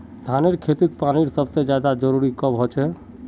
धानेर खेतीत पानीर सबसे ज्यादा जरुरी कब होचे?